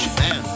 man